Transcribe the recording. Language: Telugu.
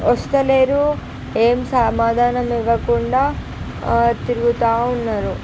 వస్తలేరు ఏం సమాధానం ఇవ్వకుండా ఆ తిరుగుతూ ఉన్నారు